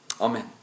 Amen